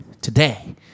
today